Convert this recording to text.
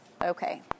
Okay